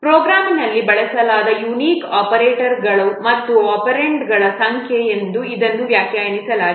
ಪ್ರೋಗ್ರಾಂನಲ್ಲಿ ಬಳಸಲಾದ ಯುನಿಕ್ ಆಪರೇಟರ್ಗಳು ಮತ್ತು ಒಪೆರಾಂಡ್ಗಳ ಸಂಖ್ಯೆ ಎಂದು ಇದನ್ನು ವ್ಯಾಖ್ಯಾನಿಸಲಾಗಿದೆ